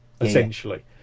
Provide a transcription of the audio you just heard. essentially